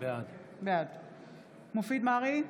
בעד מופיד מרעי,